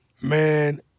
man